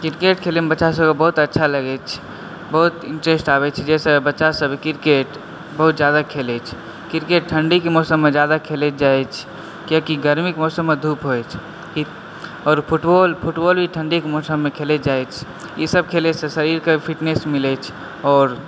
cricket खेलैमे बच्चा सबके बहुत अच्छा लगै छै बहुत इण्टरेस्ट आबै छै जइसऽ बच्चा सब क्रिकेट बहुत ज्यादा खेलै छै क्रिकेट ठण्डीके मौसममे ज्यादा खेलैत जाइछ किए कि गर्मीके मौसममे धूप होइछ और फुटबॉल फुटबॉल भी ठण्डीके मौसममे खेलैत जाइछ ई सब खेलैसऽ शरीरकऽ फिटनेस मिलै अछि और